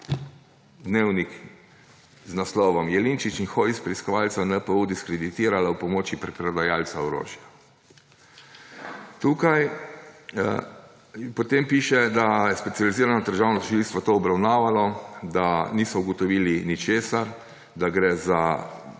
Dnevnik, z naslovom Jelinčič in Hojs preiskovalca NPU diskreditirala ob pomoči preprodajalca orožja. Tukaj potem piše, da je Specializirano državno tožilstvo to obravnavalo, da niso ugotovili ničesar, da gre za